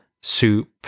soup